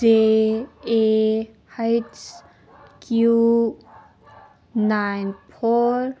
J A H Q nine four